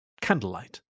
Candlelight